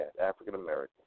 African-American